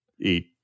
Eat